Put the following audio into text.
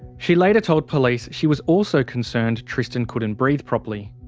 she later told police she was also concerned tristan couldn't breathe properly.